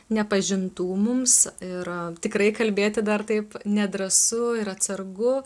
nepažintų mums ir tikrai kalbėti dar taip nedrąsu ir atsargu